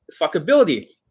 fuckability